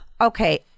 okay